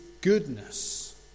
goodness